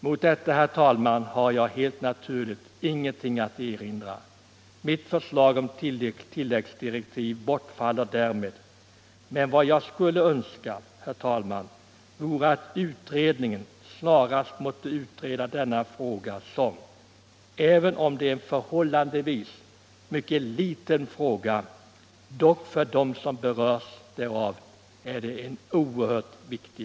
Mot detta, herr talman, har jag inget att erinra. Mitt förslag om tilläggsdirektiv bortfaller därmed, men vad jag skulle önska vore att utredningen snarast måtte utreda denna fråga som, även om den är förhållandevis liten, dock för den som berörs är mycket viktig.